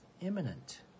imminent